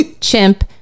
chimp